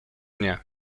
nie